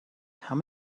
how